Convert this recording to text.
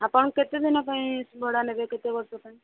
ଆପଣ କେତେ ଦିନ ପାଇଁ ଭଡ଼ା ନେବେ କେତେ ବର୍ଷ ପାଇଁ